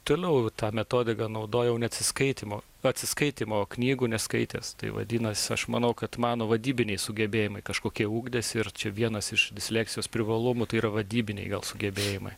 toliau ta metodika naudojau neatsiskaitymo atsiskaitymo knygų neskaitęs tai vadinasi aš manau kad mano vadybiniai sugebėjimai kažkokie ugdėsi ir čia vienas iš disleksijos privalumų tai yra vadybiniai sugebėjimai